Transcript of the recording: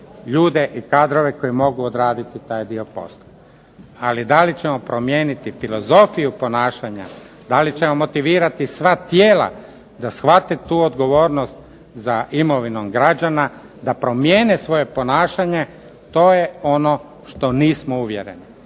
ljude i kadrove koji mogu odraditi taj dio posla. Ali da li ćemo promijeniti filozofiju ponašanja, da li ćemo motivirati sva tijela da shvate tu odgovornost za imovinu građana, da promijene svoje ponašanje, to je ono u što nismo uvjereni.